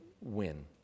win